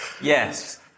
Yes